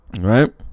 right